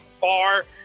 far